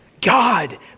God